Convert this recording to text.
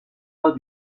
pas